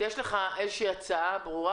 יש לך הצעה ברורה?